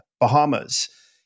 Bahamas